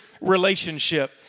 relationship